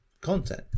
content